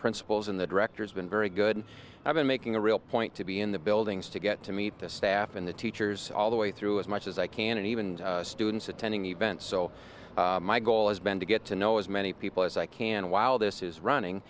principals and the director has been very good i've been making a real point to be in the buildings to get to meet the staff and the teachers all the way through as much as i can and even students attending the event so my goal has been to get to know as many people as i can while this is running